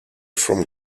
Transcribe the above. from